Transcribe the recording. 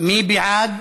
מי בעד?